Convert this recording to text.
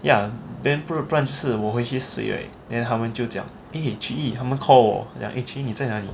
ya then 不不然就是我回去睡 right then 他们就讲 eh choo yi 他们 call 我讲 eh choo yi 你在哪里